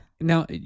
Now